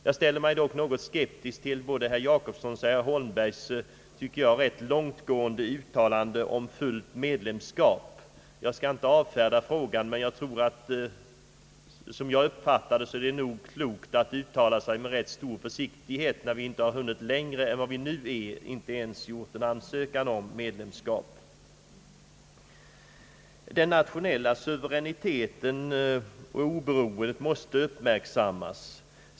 Jag ställer mig emellertid något skeptisk till både herr Jacobssons och herr Holmbergs långtgående uttalanden om fullt medlemskap. Jag skall inte avfärda frågan, men såsom jag uppfattar saken är det nog klokt att uttala sig med stor försiktighet när vi inte hunnit längre än vad som nu är fallet och inte ens gjort en ansökan om medlemskap. Den nationella suveräniteten och oberoendet måste uppmärksammas.